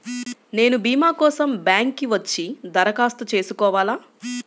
నేను భీమా కోసం బ్యాంక్కి వచ్చి దరఖాస్తు చేసుకోవాలా?